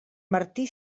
martí